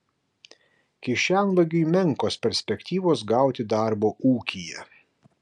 kišenvagiui menkos perspektyvos gauti darbo ūkyje